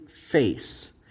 face